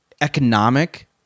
economic